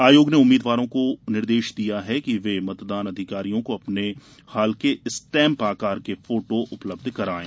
आयोग ने उम्मीदवारों को निर्देश दिया है कि वे मतदान अधिकारियों को अपने हाल के स्टैंप आकार के फोटो उपलब्ध करायें